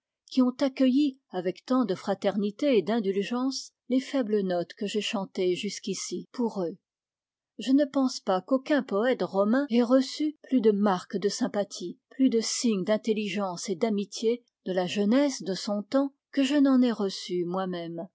qui ont accueilli avec tant de fraternité et d'indulgence les faibles notes que j'ai chantées jusqu'ici pour eux je ne pense pas qu'aucun poète romain ait reçu plus de marques de sympathie plus de signes d'intelligence et d'amitié de la jeunesse de son temps que je n'en ai reçu moi-même